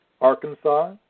Arkansas